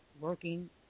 working